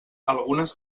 algunes